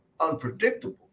unpredictable